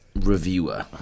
reviewer